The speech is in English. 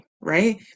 right